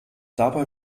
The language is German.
dabei